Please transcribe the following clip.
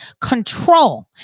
control